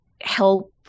help